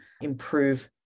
improve